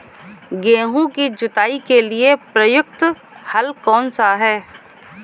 गेहूँ की जुताई के लिए प्रयुक्त हल कौनसा है?